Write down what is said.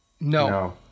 No